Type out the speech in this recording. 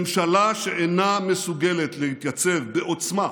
ממשלה שאינה מסוגלת להתייצב בעוצמה